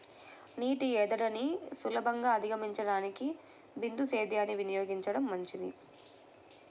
నీటి ఎద్దడిని సులభంగా అధిగమించడానికి బిందు సేద్యాన్ని వినియోగించడం మంచిది